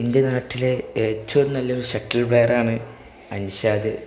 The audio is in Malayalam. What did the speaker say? എൻ്റെ നാട്ടിലെ ഏറ്റവും നല്ലൊരു ഷട്ടിൽ പ്ലെയറാണ് അൻഷാദ്